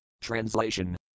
Translation